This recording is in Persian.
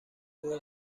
دور